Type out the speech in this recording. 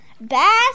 bass